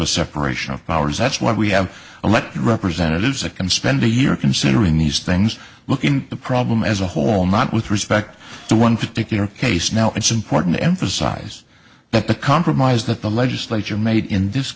a separation of powers that's why we have elected representatives that can spend a year considering these things looking the problem as a whole not with respect to one particular case now it's important to emphasize that the compromise that the legislature made in this